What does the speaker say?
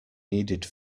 needed